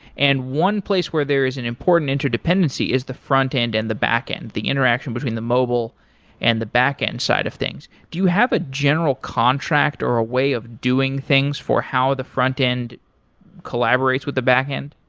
and one place where there is an important interdependency is the frontend and the backend, the interaction between the mobile and the backend side of things. do you have a general contract or a way of doing things for how the frontend collaborates with the backend?